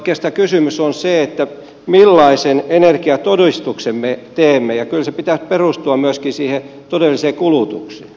oikeastaan kysymys on se millaisen energiatodistuksen me teemme ja kyllä sen pitäisi perustua myöskin siihen todelliseen kulutukseen